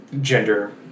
gender